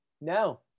No